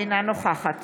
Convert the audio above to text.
אינה נוכחת